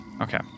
Okay